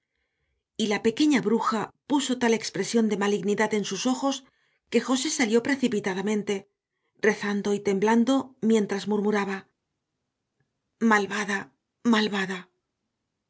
mirando y la pequeña bruja puso tal expresión de malignidad en sus ojos que josé salió precipitadamente rezando y temblando mientras murmuraba malvada malvada